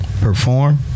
perform